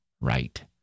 right